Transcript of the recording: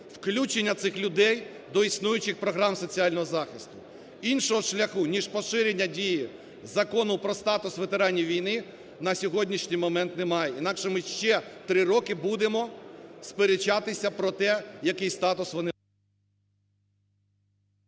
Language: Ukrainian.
включення цих людей до існуючих програм соціального захисту. Іншого шляху ніж поширення дії Закону про статус ветеранів війни на сьогоднішній момент немає. Інакше, ми ще три роки будемо сперечатися про те, який статус вони…